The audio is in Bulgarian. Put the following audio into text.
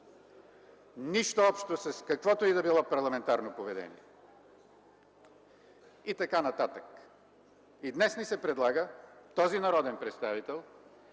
Нищо общо с каквото и да било парламентарно поведение и така нататък. Днес ни се предлага този народен представител